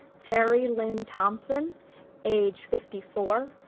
terri-lynn thompson age fifty four,